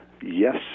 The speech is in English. yes